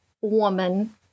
woman